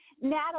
Natalie